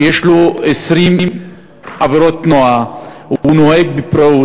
שיש לו 20 עבירות תנועה, והוא נוהג בפראות.